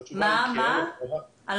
קרוונים הם